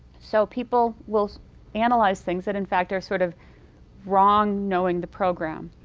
so people will analyze things that in fact are sort of wrong knowing the program.